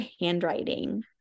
handwriting